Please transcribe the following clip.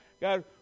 God